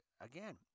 Again